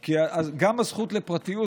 כי גם הזכות לפרטיות,